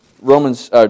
Romans